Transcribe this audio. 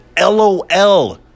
LOL